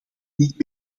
niet